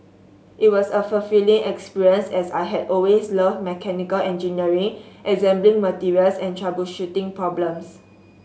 it was a fulfilling experience as I had always loved mechanical engineering assembling materials and troubleshooting problems